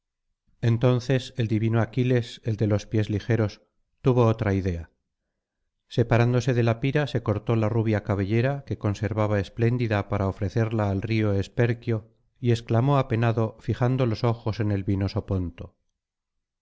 entonces el divino aquiles el de los pies ligeros tuvo otra idea separándose de la pira se cortó la rubia cabellera que conservaba espléndida para ofrecerla al río esperquio y exclamó apenado fijando los ojos en el vinoso ponto